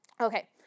Okay